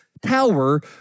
tower